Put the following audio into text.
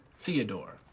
Theodore